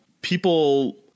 people